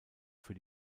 für